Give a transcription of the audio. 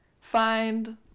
Find